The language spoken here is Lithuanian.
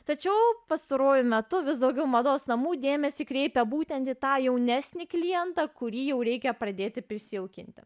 tačiau pastaruoju metu vis daugiau mados namų dėmesį kreipia būtent į tą jaunesnį klientą kurį jau reikia pradėti prisijaukinti